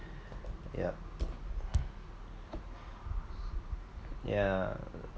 yup yeah